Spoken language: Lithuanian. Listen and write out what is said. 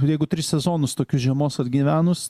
jeigu tris sezonus tokius žiemos atgyvenus